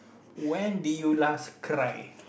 when did you last cry